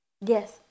Yes